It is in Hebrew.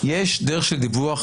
יש דרך של דיווח,